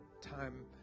time